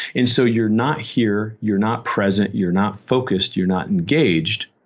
and so you're not here, you're not present, you're not focused, you're not engaged,